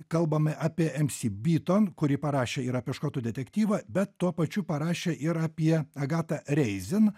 kalbame apie mc byton kuri parašė ir apie škotų detektyvą bet tuo pačiu parašė ir apie agatą reizin